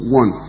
one